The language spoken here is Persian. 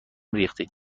ریختگی